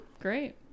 Great